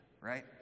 right